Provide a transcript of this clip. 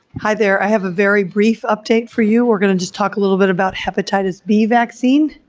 hi there. i have a very brief update for you, we're going to just talk a little bit about hepatitis b vaccine.